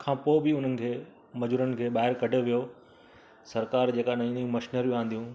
खां पोइ बि हुनखे मज़ूरनि खे ॿाहिरि कढियो वियो सरकारि जेका नईं नईं मशनरियूं आंदियूं